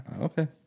Okay